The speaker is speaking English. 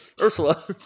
Ursula